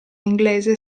inglese